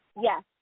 Yes